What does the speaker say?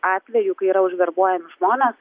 atvejų kai yra užverbuojami žmonės